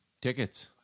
tickets